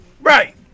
Right